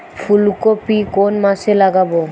ফুলকপি কোন মাসে লাগাবো?